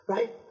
Right